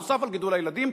נוסף על גידול הילדים,